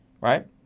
right